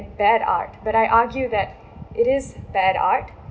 bad art but I argue that it is bad art